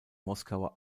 moskauer